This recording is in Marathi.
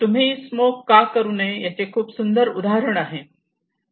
तुम्ही स्मोक का करू नये याचे खूप सुंदर उदाहरण आहे